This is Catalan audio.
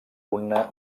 una